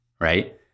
right